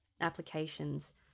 applications